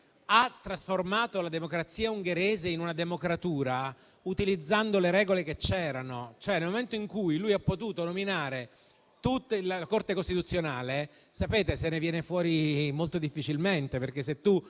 ha trasformato la democrazia ungherese in una democratura utilizzando le regole che c'erano. Nel momento in cui lui ha potuto nominare la Corte costituzionale, se ne viene fuori molto difficilmente: